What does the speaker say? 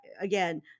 again